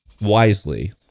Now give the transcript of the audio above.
wisely